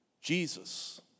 Jesus